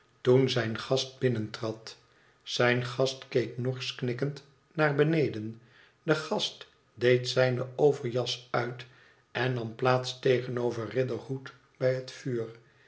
toen zijn gast binnentrad zijn gast keek norsch knikkend naar beneden de gast deed zijne overjas nit en nam plaats tegenover riderhood bij het vuur